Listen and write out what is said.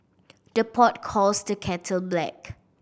the pot calls the kettle black